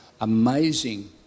amazing